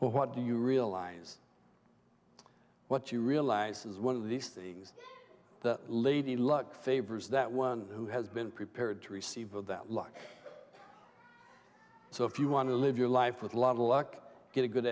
realized what do you realize what you realize is one of these things that lady luck favors that one who has been prepared to receive that luck so if you want to live your life with a lot of luck get a good